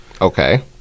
Okay